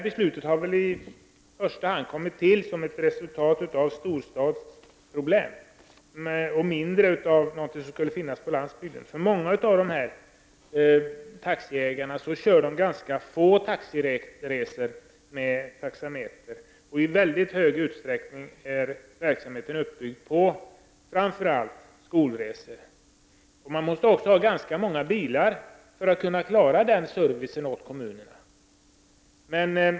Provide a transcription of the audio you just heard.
Beslutet har väl i första hand kommit till som ett resultat av storstadsproblem, och mindre på grund av förhållanden på landsbygden. Många av dessa taxiägare kör ganska få taxiresor med taxameter. I mycket stor utsträckning är verksamheten uppbyggd på skolresor. Man måste ha ganska många bilar för att kunna klara den servicen i kommunerna.